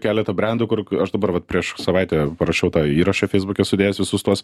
keletą brendų kur aš dabar vat prieš savaitę parašiau tą įrašą feisbuke sudėjęs visus tuos